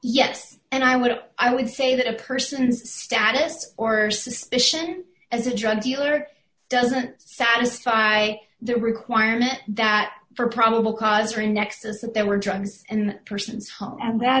yes and i would i would say that a person's status or suspicion as a drug dealer doesn't satisfy the requirement that for probable cause for a nexus that there were drugs and persons home and that